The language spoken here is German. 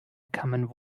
common